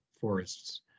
forests